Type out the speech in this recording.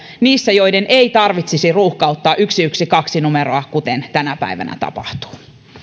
niissä joiden ei tarvitsisi ruuhkauttaa yksi yksi kaksi numeroa kuten tänä päivänä tapahtuu